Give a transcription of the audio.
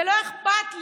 זה לא אכפת לי.